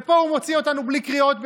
ופה הוא מוציא אותנו בלי קריאות בכלל.